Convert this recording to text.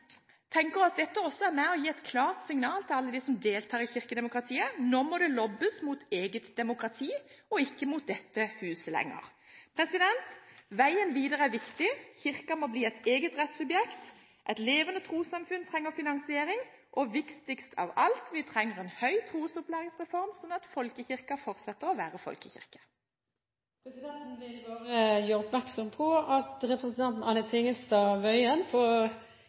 at dette også er med på å gi et klart signal til alle dem som deltar i kirkedemokratiet. Nå må det «lobbes» mot eget demokrati og ikke mot dette huset lenger. Veien videre er viktig. Kirken må bli et eget rettssubjekt. Et levende trossamfunn trenger finansiering, og viktigst av alt: Vi trenger en vid trosopplæringsreform, sånn at folkekirken fortsetter å være folkekirke. Forslaget til endringer i kirkeloven som Stortinget behandler i dag, er sluttsteinen på